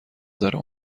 داره